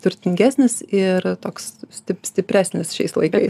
turtingesnis ir toks stip stipresnis šiais laikais